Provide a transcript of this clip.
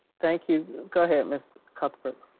thank you, go ahead ms. cuthbert.